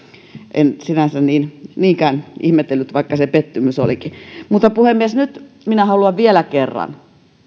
en sinänsä niinkään ihmetellyt vaikka se pettymys olikin mutta puhemies nyt minä haluan vielä kerran